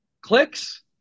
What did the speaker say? Clicks